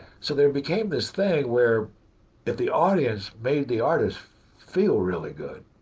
so there became this thing where if the audience made the artist feel really good,